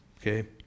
Okay